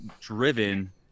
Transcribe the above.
driven